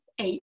eight